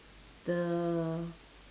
the